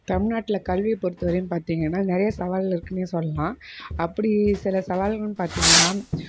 தமிழ்நாட்டில் கல்வியை பொறுத்தவரையும் பார்த்திங்கன்னா நிறைய சவால்கள் இருக்குன்னே சொல்லலாம் அப்படி சில சவால்கள்னு பார்த்திங்கன்னா